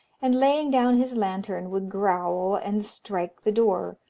and, laying down his lantern, would growl and strike the door,